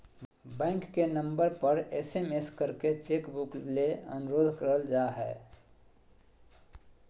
bank के number पर SMS करके चेक बुक ले अनुरोध कर जा हय